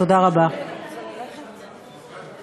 לאנשי רשות האכיפה והגבייה,